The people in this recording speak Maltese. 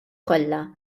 kollha